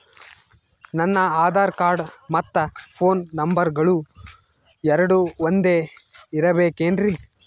ನನ್ನ ಆಧಾರ್ ಕಾರ್ಡ್ ಮತ್ತ ಪೋನ್ ನಂಬರಗಳು ಎರಡು ಒಂದೆ ಇರಬೇಕಿನ್ರಿ?